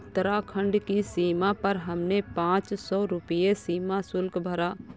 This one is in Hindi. उत्तराखंड की सीमा पर हमने पांच सौ रुपए सीमा शुल्क भरा